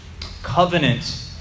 Covenant